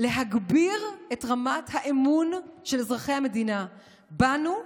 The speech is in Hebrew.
להגביר את רמת האמון של אזרחי המדינה בנו,